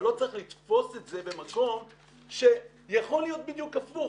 אבל לא צריך לצפות את זה במקום שיכול להיות בדיוק הפוך.